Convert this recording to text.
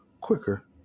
quicker